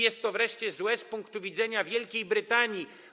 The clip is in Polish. Jest to wreszcie złe z punktu widzenia Wielkiej Brytanii.